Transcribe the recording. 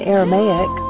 Aramaic